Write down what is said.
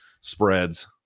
spreads